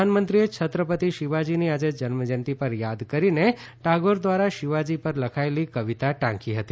પ્રધાનમંત્રીએ છત્રપતિ શિવાજીની આજે જન્મજયંતિ પર યાદ કરીને ટાગોર દ્વારા શિવાજી પર લખાયેલી કવિતા ટાંકી હતી